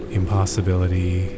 impossibility